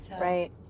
right